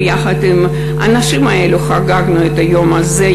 ויחד עם האנשים האלה חגגנו את היום הזה.